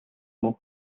мөнх